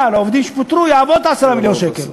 לעובדים שפוטרו תעבור את 10 מיליון השקל.